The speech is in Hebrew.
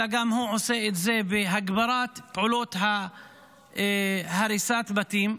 אלא הוא עושה את זה גם בהגברת פעולות הריסת הבתים.